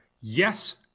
Yes